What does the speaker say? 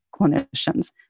clinicians